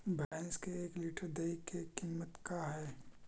भैंस के एक लीटर दही के कीमत का है?